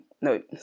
No